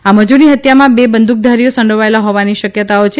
આ મજૂરની હત્યામાં બે બંદૂકધારીઓ સંડોવાયેલા હોવાની શકયતાઓ છે